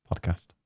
podcast